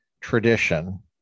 tradition